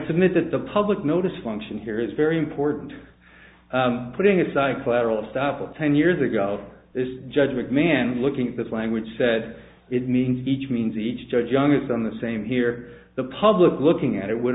submit that the public notice function here is very important putting aside collateral estoppel ten years ago this judge mcmahon looking at this language said it means each means each judge young is on the same here the public looking at it would